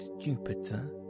Jupiter